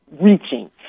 reaching